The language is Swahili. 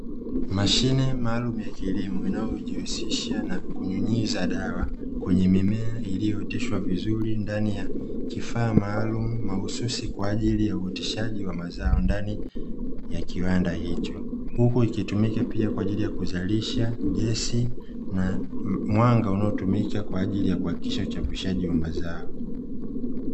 Mashine maalumu ya kilimo inayojihusisha na kunyunyiza dawa kwenye mimea iliyooteshwa vizuri ndani ya kifaa maalumu mahususi kwa ajili ya uoteshaji wa mazao ndani ya kiwanda hicho, huku ikitumika pia kwa ajili ya kuzalisha gesi na mwanga unaotumika kwa ajili ya kuhakikisha uchapishaji wa mazao.